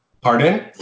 pardon